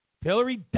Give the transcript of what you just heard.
Hillary